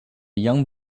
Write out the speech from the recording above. young